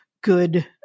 good